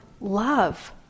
love